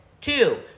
Two